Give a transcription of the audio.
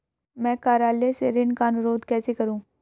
मैं कार्यालय से ऋण का अनुरोध कैसे करूँ?